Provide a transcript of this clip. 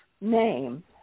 name